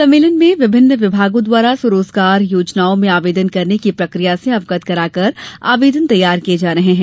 सम्मेलन में विभिन्न विभागों द्वारा स्व रोजगार योजनाओं में आवेदन करने की प्रकिया से अवगत कराकर आवेदन तैयार किये जा रहे हैं